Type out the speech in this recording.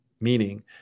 meaning